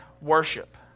worship